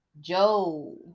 Joe